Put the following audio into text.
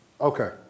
Okay